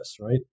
right